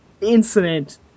incident